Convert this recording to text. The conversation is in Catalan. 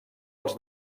els